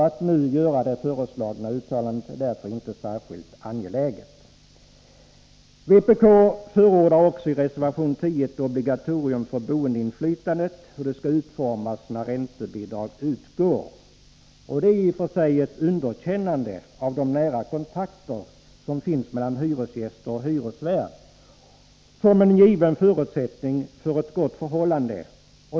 Att nu göra det föreslagna uttalandet är därför inte särskilt angeläget. Vpk förordar också i reservation 10 ett obligatorium för boendeinflytande när räntebidrag utgår. Det är i och för sig ett underkännande av de nära kontakter som finns mellan hyresgäster och hyresvärd som är en given förutsättning för ett gott förhållande.